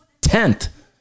tenth